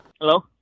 Hello